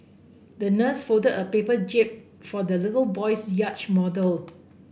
the nurse folded a paper jib for the little boy's yacht model